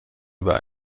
über